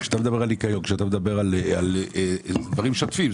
כשאתה מדבר על ניקיון, אלה דברים שוטפים.